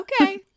Okay